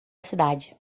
cidade